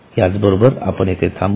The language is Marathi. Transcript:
याचबरोबर आपण इथे थांबू